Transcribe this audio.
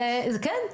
כן.